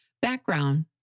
background